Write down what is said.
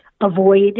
avoid